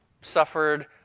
suffered